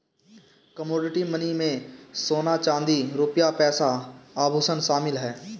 commodity money में सोना चांदी रुपया पैसा आभुषण शामिल है